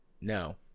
No